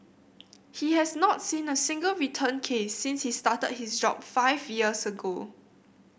he has not seen a single return case since he started his job five years ago